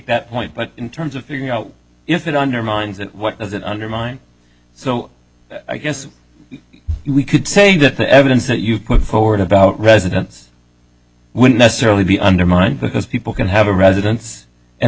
that point but in terms of figuring out if it undermines it what does it undermine so i guess we could say that the evidence that you put forward about residence would necessarily be undermined because people can have a residence and